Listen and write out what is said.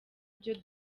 byo